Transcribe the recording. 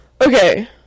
okay